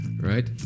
Right